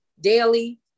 daily